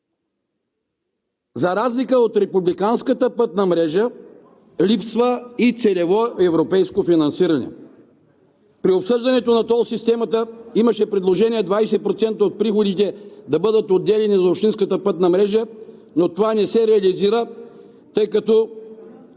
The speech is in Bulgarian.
за разлика от републиканската пътна мрежа, липсва и целево европейско финансиране. При обсъждането на тол системата имаше предложение 20% от приходите да бъдат отделяни за общинската пътна мрежа, но това не се реализира, тъй като